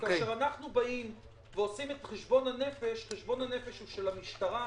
כאשר אנחנו עושים את חשבון הנפש חשבון הנפש הוא של המשטרה,